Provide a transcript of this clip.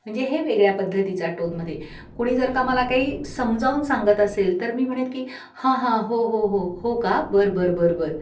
म्हणजे हे वेगळ्या पद्धतीचा टोनमध्ये कुणी जर का मला काही समजावून सांगत असेल तर मी म्हणेन की हां हां हो हो हो हो का बर बर बर बर